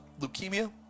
leukemia